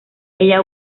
ella